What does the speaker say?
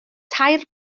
tair